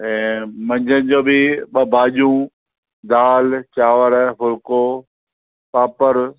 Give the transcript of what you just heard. ऐं मंझदि जो बि ॿ भाॼियूं दालि चांवर फुलिको पापड़ु